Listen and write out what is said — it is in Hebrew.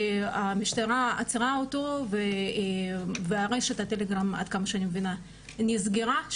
המשטרה עצרה אותו ורשת הטלגרם נסגרה,